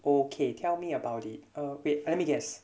okay tell me about it uh wait let me guess